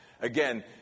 Again